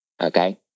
Okay